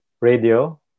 radio